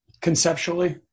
conceptually